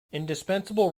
indispensable